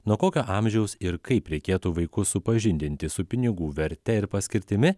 nuo kokio amžiaus ir kaip reikėtų vaikus supažindinti su pinigų verte ir paskirtimi